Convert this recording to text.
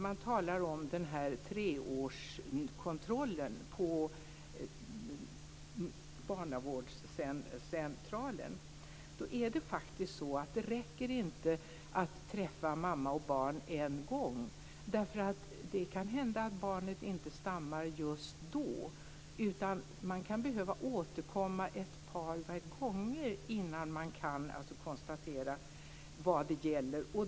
Man talar om treårskontrollen på barnavårdscentralen. Men det räcker faktiskt inte att träffa mamma och barn en gång. Det kan ju hända att barnet inte stammar just då. Man kan behöva återkomma ett par gånger innan det kan konstateras vad det handlar om.